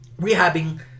rehabbing